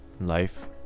life